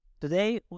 Today